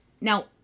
Now